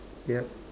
yup